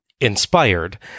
inspired